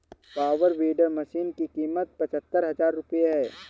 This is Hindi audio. पावर वीडर मशीन की कीमत पचहत्तर हजार रूपये है